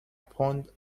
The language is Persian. پوند